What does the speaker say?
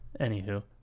Anywho